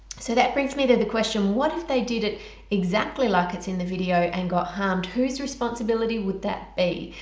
so that brings me to the question what if they did it exactly like it's in the video and got harmed whose responsibility would that be?